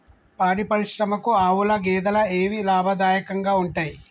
పాడి పరిశ్రమకు ఆవుల, గేదెల ఏవి లాభదాయకంగా ఉంటయ్?